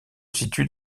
situe